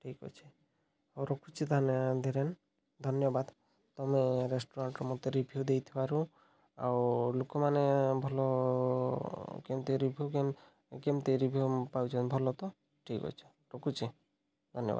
ଠିକ୍ ଅଛି ହଉ ରଖୁଛି ତାହେଲେ ଧିରେନ୍ ଧନ୍ୟବାଦ ତମେ ରେଷ୍ଟୁରାଣ୍ଟ୍ରୁ ମୋତେ ରିଭ୍ୟୁ ଦେଇଥିବାରୁ ଆଉ ଲୋକମାନେ ଭଲ କେମିତି ରିଭ୍ୟୁ କେମିତି କେମିତି ରିଭ୍ୟୁ ପାଉଛନ୍ତି ଭଲ ତ ଠିକ୍ ଅଛି ରଖୁଛି ଧନ୍ୟବାଦ